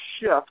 shift